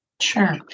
Sure